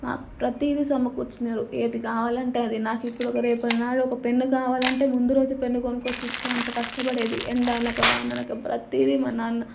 ప్రతీది సమకూర్చినాడు ఏది కావాలంటే అది నాకు ఇప్పుడు ఒక రేపటి నాడు ఒక పెన్ను కావాలి అంటే మందు రోజే పెన్ను కొనుక్కొచ్చి ఇచ్చేంత కష్టపడేది ఎండ అనక వాన అనక ప్రతిదీ మా నాన్న